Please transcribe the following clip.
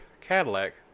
Cadillac